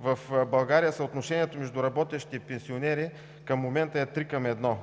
в България съотношението между работещи и пенсионери към момента е три към